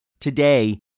Today